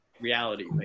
reality